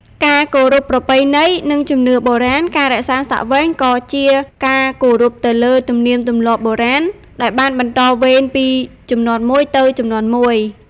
ការគោរពប្រពៃណី និងជំនឿបុរាណ ការរក្សាសក់វែងក៏ជាការ គោរពទៅលើទំនៀមទម្លាប់បុរាណ ដែលបានបន្តវេនពីជំនាន់មួយទៅជំនាន់មួយ។